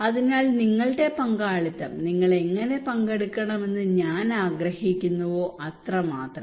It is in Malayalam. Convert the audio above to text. അതിനാൽ നിങ്ങളുടെ പങ്കാളിത്തം നിങ്ങൾ എങ്ങനെ പങ്കെടുക്കണമെന്ന് ഞാൻ ആഗ്രഹിക്കുന്നുവോ അത്രമാത്രം